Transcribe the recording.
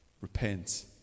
repent